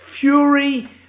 Fury